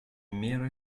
меры